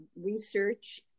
research